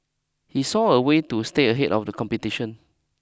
he saw a way to stay ahead of the competition